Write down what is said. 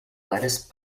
lettuce